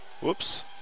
Whoops